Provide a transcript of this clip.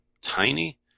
tiny